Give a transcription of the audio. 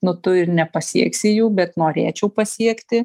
nu tu ir nepasieksi jų bet norėčiau pasiekti